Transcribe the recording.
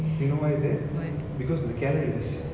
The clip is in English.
you know why is that because of the calories